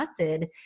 acid